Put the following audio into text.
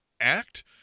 act